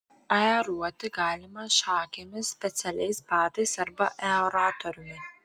aeruoti galima šakėmis specialiais batais arba aeratoriumi